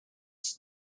phd